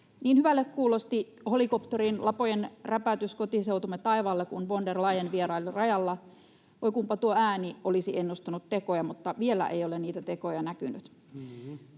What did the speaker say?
Niin hyvälle kuulosti helikopterin lapojen räpätys kotiseutumme taivaalla, kun von der Leyen vieraili rajalla — voi, kunpa tuo ääni olisi ennustanut tekoja, mutta vielä ei ole niitä tekoja näkynyt.